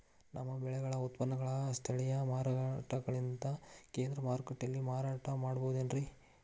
ನಮ್ಮ ಬೆಳೆಗಳ ಉತ್ಪನ್ನಗಳನ್ನ ಸ್ಥಳೇಯ ಮಾರಾಟಗಾರರಿಗಿಂತ ಕೇಂದ್ರ ಮಾರುಕಟ್ಟೆಯಲ್ಲಿ ಮಾರಾಟ ಮಾಡಬಹುದೇನ್ರಿ?